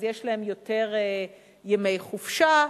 אז יש להם יותר ימי חופשה.